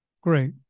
great